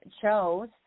chose